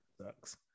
sucks